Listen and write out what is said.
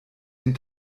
den